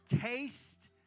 taste